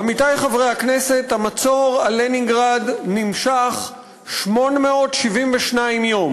עמיתי חברי הכנסת, המצור על לנינגרד נמשך 872 יום.